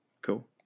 Cool